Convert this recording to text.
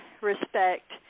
respect